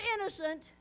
innocent